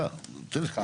יהיה.